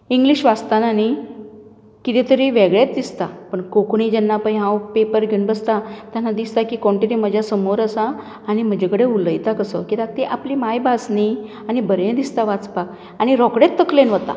English वाचतना न्ही कितें तरी वेगळेंच दिसता पूण कोंकणी जेन्ना पळय हांव पेपर घेवन बसता तेन्ना दिसता की कोण तरी म्हज्या समोर आसा आनी म्हजे कडेन उलयतां कसो कित्याक ती आपली मांयभास न्ही आनी बरें दिसता वाचपाक आनी रोखडेच तकलेंत वता